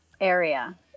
area